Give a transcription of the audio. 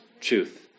truth